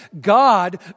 God